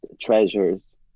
treasures